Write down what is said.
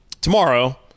tomorrow